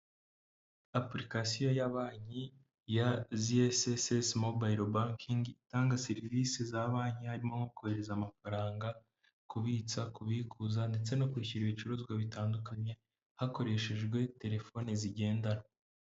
Apulikasiyo ya banki ya ZCSS mobayiro bankingi, itanga serivisi za banki harimo nko kohereza amafaranga, kubitsa, kubikuza ndetse no kwishyura ibicuruzwa bitandukanye, hakoreshejwe telefoni zigendanwa.